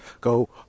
Go